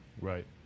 Right